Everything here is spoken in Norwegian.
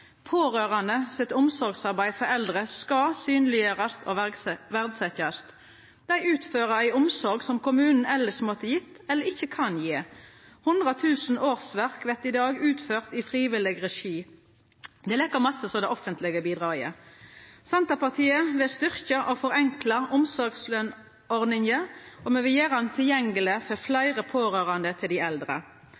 Omsorgsarbeid som dei pårørande gjer for eldre, skal synleggjerast og verdsetjast. Dei utfører ei omsorg som kommunen elles måtte gje, eller ikkje kan gje. 100 000 årsverk vert i dag utførte i frivillig regi. Det er like mykje som det offentlege bidraget. Senterpartiet vil styrkja og forenkla omsorgslønsordninga, og me vil gjera ho tilgjengeleg for